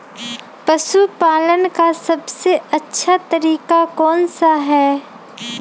पशु पालन का सबसे अच्छा तरीका कौन सा हैँ?